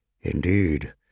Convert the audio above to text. Indeed